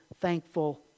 thankful